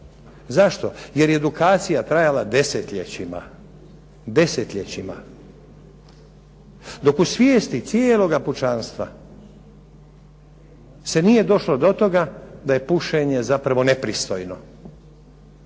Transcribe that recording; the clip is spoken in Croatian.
Zašto? Jer je edukacija trajala desetljećima. Dok u svijesti cijeloga pučanstva se nije došlo do toga da je pušenje zapravo nepristojno,